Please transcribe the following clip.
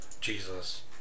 Jesus